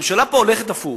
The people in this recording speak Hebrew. הממשלה הולכת הפוך.